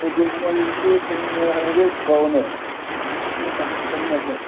ꯑꯗꯨ ꯃꯣꯏꯁꯨ ꯆꯪꯅꯤꯡꯉꯦ ꯍꯥꯏꯔꯗꯤ ꯀꯧꯅꯦ ꯑꯗꯨꯝ ꯆꯠꯃꯤꯟꯅꯁꯦ